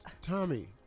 Tommy